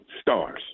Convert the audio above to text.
stars